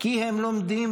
כי הם לומדים,